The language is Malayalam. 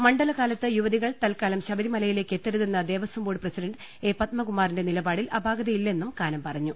മണ്ഡലകാലത്ത് യുവതികൾ തൽക്കാലം ശബരിമലയിലേക്ക് എത്തരുതെന്ന ദേവസ്വം ബോർഡ് പ്രസിഡണ്ട് എ പത്മകുമാറിന്റെ നിലപാടിൽ അപാകതയില്ലെന്നും കാനം പറഞ്ഞു